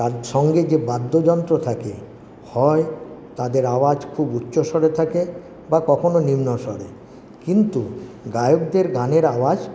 তার সঙ্গে যে বাদ্যযন্ত্র থাকে হয় তাদের আওয়াজ খুব উচ্চ স্বরে থাকে বা কখনো নিম্ন স্বরে কিন্তু গায়কদের গানের আওয়াজ